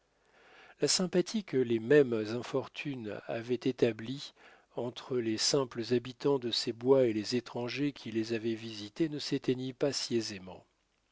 la sympathie que les mêmes infortunes avaient établie entre les simples habitants de ces bois et les étrangers qui les avaient visités ne s'éteignit pas